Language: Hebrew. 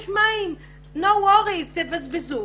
יש מים, אל תדאגו, תבזבזו.